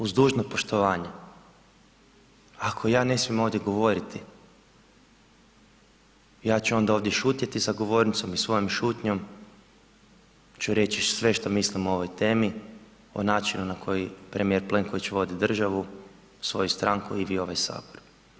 Uz dužno poštovanje, ako ja ne smijem ovdje govoriti, ja ću onda ovdje šutjeti za govornicom i svojom šutnjom ću reći sve što mislim o ovoj temi, o načinu na koji premijer Plenković vodi državu, svoju stranku i vi ovaj Sabor.